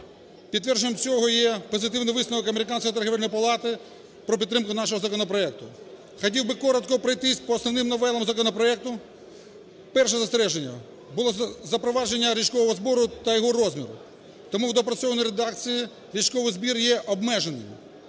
Підтвердженням цього є позитивний висновок Американської торгівельної палати про підтримку нашого законопроекту. Хотів би коротко пройтись по основним новелам законопроекту. Перше застереження було запровадження річкового збору та його розмір. Тому в доопрацьованій редакції річковий збір є обмеженим.